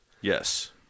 Yes